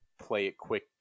play-it-quick